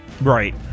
Right